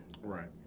Right